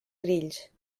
grills